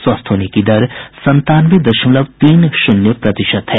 स्वस्थ होने की दर संतानवे दशमलव तीन शून्य प्रतिशत है